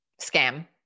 scam